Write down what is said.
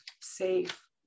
safe